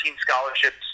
scholarships